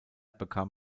bekam